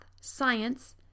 science